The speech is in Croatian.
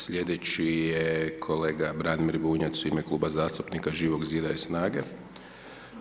Slijedeći je kolega Branimir Bunjac u ime Kluba zastupnika Živog zida i SNAGA-e.